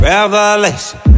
Revelation